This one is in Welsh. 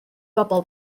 bobol